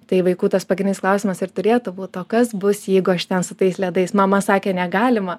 tai vaikų tas pagrindinis klausimas ir turėtų būt o kas bus jeigu aš ten su tais ledais mama sakė negalima